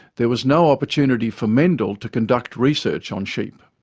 there was no opportunity for mendel to conduct research on sheep.